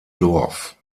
dorf